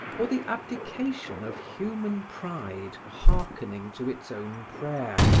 or the abdication of human pride hearkening to its own prayer.